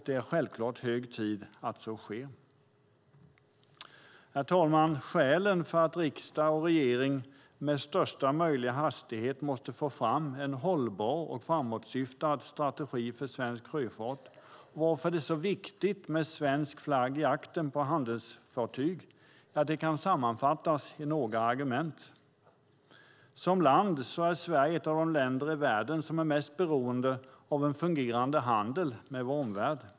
Det är självklart hög tid att så sker. Herr talman! Skälen till att riksdag och regering med största möjliga hastighet måste få fram en hållbar och framåtsyftande strategi för svensk sjöfart och till att det är så viktigt med svensk flagg i aktern på handelsfartyg kan sammanfattas i några argument. Som land är Sverige ett av de länder i världen som är mest beroende av en fungerande handel med vår omvärld.